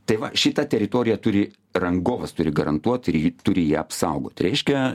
tai va šita teritorija turi rangovas turi garantuot ir ji turi ją apsaugot reiškia